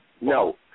No